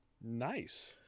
Nice